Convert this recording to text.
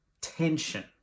tension